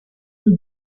lui